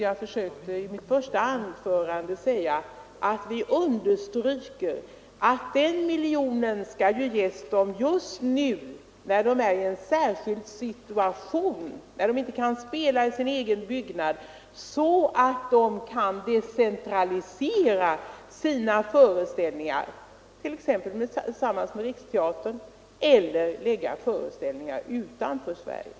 Jag försökte i mitt första anförande säga att vi understryker att den miljonen skall ges just nu, när Operan är i en särskild situation och inte kan spela i sin egen byggnad, så att Operan kan decentralisera sina föreställningar t.ex. tillsammans med Riksteatern eller ha föreställningar utanför Sverige.